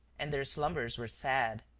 and their slumbers were sad.